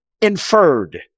inferred